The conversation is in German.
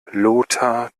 lothar